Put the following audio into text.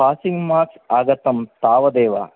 passing marks आगतं तावदेव